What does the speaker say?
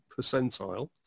percentile